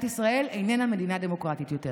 שמדינת ישראל איננה מדינה דמוקרטית יותר.